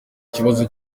ikibazo